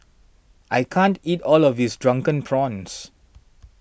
I can't eat all of this Drunken Prawns